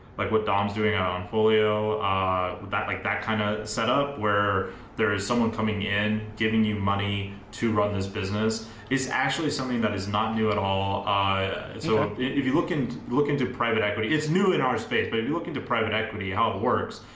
like what tom's doing on folio that like that kind of setup where there is someone coming in giving you money to run this business is actually something that is not new at all. ah so if you look in, look into private equity, it's new in our space, but if you look into private equity, how it works,